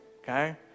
okay